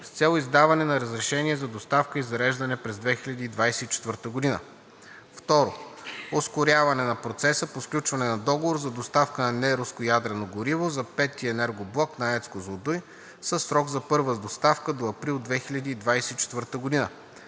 с цел издаване на разрешение за доставка и зареждане през 2024 г. 2. Ускоряване на процеса по сключване на договор за доставка на неруско ядрено гориво за V енергоблок на АЕЦ „Козлодуй“ със срок за първа доставка до април 2024 г.